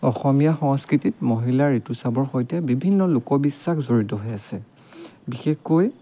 অসমীয়া সংস্কৃতিত মহিলাৰ ঋতুস্ৰাৱৰ সৈতে বিভিন্ন লোক বিশ্বাস জড়িত হৈ আছে বিশেষকৈ